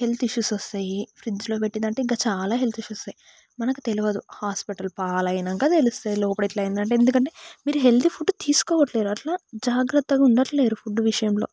health issues వస్తాయి ఫ్రిడ్జ్లో పెట్టింది అంటే ఇంకా చాలా హెల్త్ ఇష్యూస్ వస్తాయి మనకు తెలియదు హాస్పిటల్ పాలైనాక తెలుస్తుంది లోపల ఏట్లయ్యిందంటే ఎందుకంటే మీరు హెల్తీ ఫుడ్ తీసుకోవట్లేరు అట్లా జాగ్రత్తగా ఉండట్లేరు ఫుడ్ విషయంలో